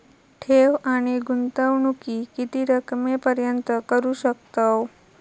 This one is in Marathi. ठेव आणि गुंतवणूकी किती रकमेपर्यंत करू शकतव?